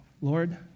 Lord